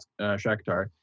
Shakhtar